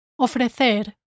Ofrecer